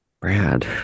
brad